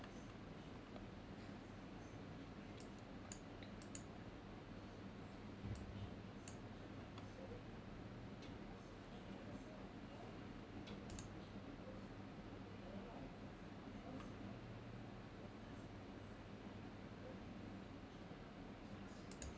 okay